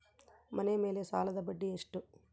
ಮನೆ ಮೇಲೆ ಸಾಲದ ಬಡ್ಡಿ ಎಷ್ಟು?